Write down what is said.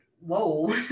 whoa